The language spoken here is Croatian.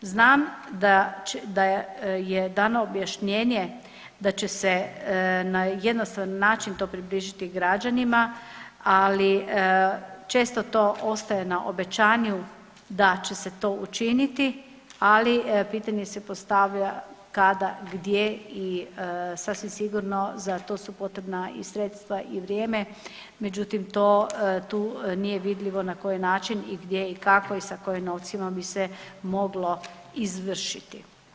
Znam da je dano objašnjenje da će se na jednostavan način to približiti građanima, ali često to ostaje na obećanju da će se to učiniti, ali pitanje se postavlja kada, gdje i sasvim sigurno za to su potrebna i sredstva i vrijeme, međutim tu nije vidljivo na koji način i gdje i kako i sa kojim novcima bi se moglo izvršiti.